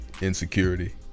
insecurity